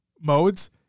modes